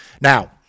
Now